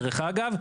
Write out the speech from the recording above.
דרך אגב,